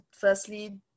firstly